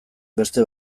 beste